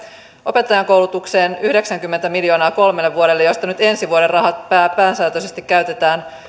opettajankoulutukseen on yhdeksänkymmentä miljoonaa kolmelle vuodelle josta nyt ensi vuoden rahat pääsääntöisesti käytetään